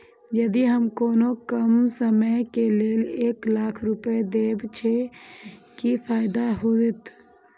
यदि हम कोनो कम समय के लेल एक लाख रुपए देब छै कि फायदा होयत?